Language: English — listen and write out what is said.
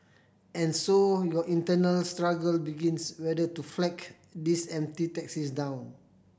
and so your internal struggle begins whether to flag these empty taxis down